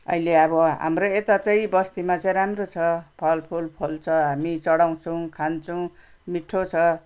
अहिले अब हाम्रो यता चाहिँ बस्तीमा चाहिँ राम्रो छ फलफुल फल्छ हामीले चढाउँछौँ खान्छौँ मिठो छ